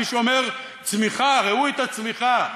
מישהו אומר צמיחה, ראו את הצמיחה.